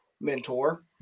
mentor